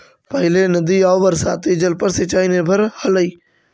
पहिले नदी आउ बरसाती जल पर सिंचाई निर्भर हलई